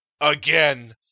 Again